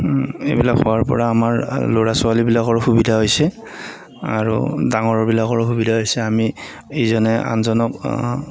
এইবিলাক হোৱাৰ পৰা আমাৰ ল'ৰা ছোৱালীবিলাকৰ সুবিধা হৈছে আৰু ডাঙৰবিলাকৰো সুবিধা হৈছে আমি ইজনে আনজনক